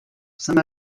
saint